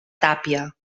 tàpia